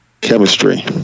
Chemistry